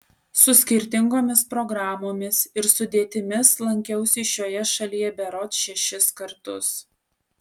su skirtingomis programomis ir sudėtimis lankiausi šioje šalyje berods šešis kartus